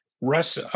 Russ